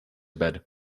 bed